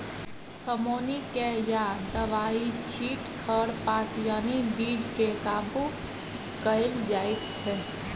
कमौनी कए या दबाइ छीट खरपात यानी बीड केँ काबु कएल जाइत छै